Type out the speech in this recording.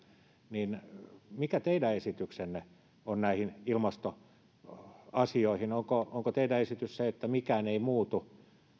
niin mikä teidän esityksenne on näihin ilmastoasioihin onko onko teidän esityksenne se että mikään ei muutu